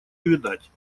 увядать